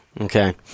okay